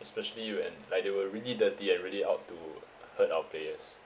especially when like they were really dirty and really out to to hurt our players